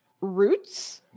Roots